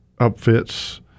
upfits